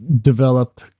develop